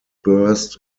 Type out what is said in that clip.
burst